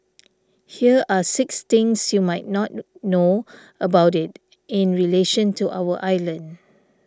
here are six things you might not know about it in relation to our island